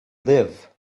live